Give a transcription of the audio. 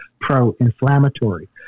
pro-inflammatory